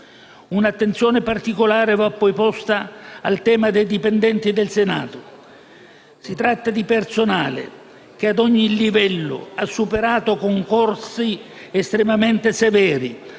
Una attenzione particolare va poi posta al tema dei dipendenti del Senato. Si tratta di personale che, a ogni livello, ha superato concorsi estremamente severi,